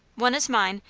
one is mine,